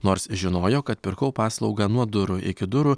nors žinojo kad pirkau paslaugą nuo durų iki durų